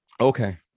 Okay